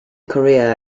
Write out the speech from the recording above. korea